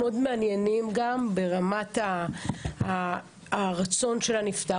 מאוד מעניינים גם ברמת הרצון של הנפטר,